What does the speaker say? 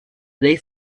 they